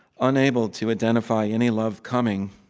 unable to identify any love coming.